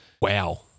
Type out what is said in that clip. Wow